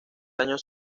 años